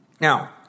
Now